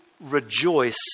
rejoice